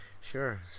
sure